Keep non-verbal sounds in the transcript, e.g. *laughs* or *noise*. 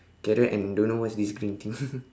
carrot and don't know what is this green thing *laughs*